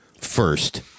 first